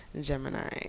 Gemini